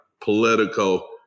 political